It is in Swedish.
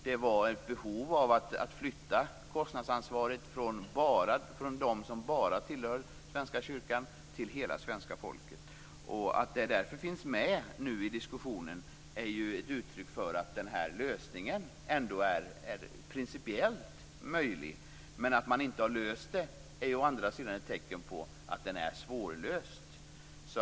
Det fanns ett behov av att flytta kostnadsansvaret från dem som bara tillhör Svenska kyrkan till hela svenska folket. Att det därför finns med i diskussionen är ju ett uttryck för att denna lösning ändå är principiellt möjlig. Men att man ändå inte har löst detta är å andra sidan ett tecken på att det är svårlöst.